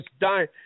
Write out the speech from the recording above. dying